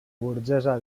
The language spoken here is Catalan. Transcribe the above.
burgesa